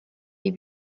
die